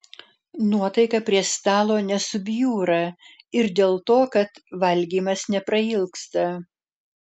nuotaika prie stalo nesubjūra ir dėl to kad valgymas neprailgsta